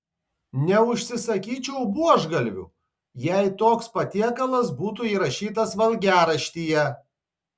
neužsisakyčiau buožgalvių jei toks patiekalas būtų įrašytas valgiaraštyje